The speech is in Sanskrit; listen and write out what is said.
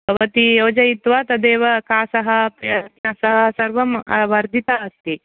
भवति योजयित्वा तदेव खासः सर्वं वर्धितः अस्ति